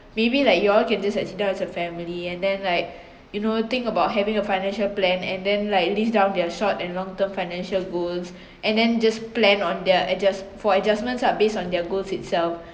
maybe like you all can just sit down as a family and then like you know think about having a financial plan and then like list down their short and long term financial goals and then just plan on their adjust for adjustments lah based on their goals itself